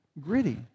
gritty